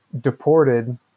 deported